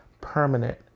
permanent